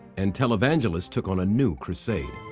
and televangelists took on a new crusade.